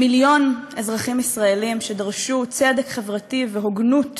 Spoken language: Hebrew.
כמיליון אזרחים ישראלים שדרשו צדק חברתי והוגנות